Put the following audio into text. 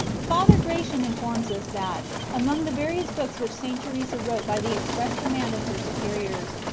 father gracian informs us that among the various books which st. teresa wrote by the ex press command of her superiors,